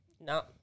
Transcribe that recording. No